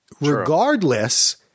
Regardless